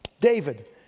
David